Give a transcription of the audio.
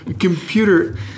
computer